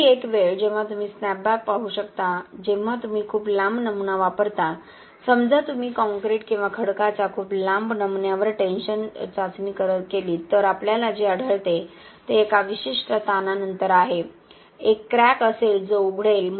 आणखी एक वेळ जेव्हा तुम्ही स्नॅपबॅक पाहू शकता जेव्हा तुम्ही खूप लांब नमुना वापरता समजा तुम्ही कॉंक्रिट किंवा खडकाच्या खूप लांब नमुन्यावर टेंशन चाचणी केलीत तर आपल्याला जे आढळते ते एका विशिष्ट ताणानंतर आहे एक क्रॅक असेल जो उघडेल